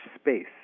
space